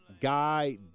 Guy